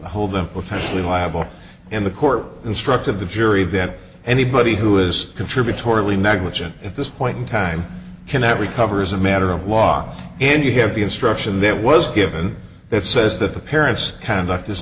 hold them potentially liable and the court instructed the jury that anybody who is contributory negligence at this point in time can every cover is a matter of law and you have the instruction that was given that says that the parents conduct is